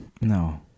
No